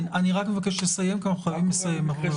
אני מבקש לסיים, כי אנחנו חייבים לסיים.